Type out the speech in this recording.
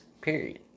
Period